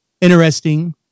interesting